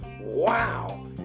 wow